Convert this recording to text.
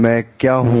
मैं क्या हूं